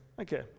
Okay